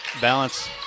Balance